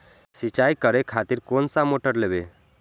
सीचाई करें खातिर कोन सा मोटर लेबे?